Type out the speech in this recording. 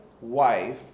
wife